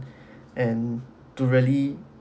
and to really